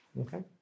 okay